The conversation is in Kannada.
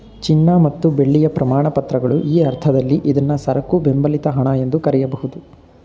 ಚಿನ್ನ ಮತ್ತು ಬೆಳ್ಳಿಯ ಪ್ರಮಾಣಪತ್ರಗಳು ಈ ಅರ್ಥದಲ್ಲಿ ಇದ್ನಾ ಸರಕು ಬೆಂಬಲಿತ ಹಣ ಎಂದು ಕರೆಯಬಹುದು